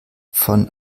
von